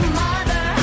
mother